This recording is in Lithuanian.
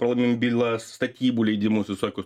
pralaimim bylas statybų leidimus visokius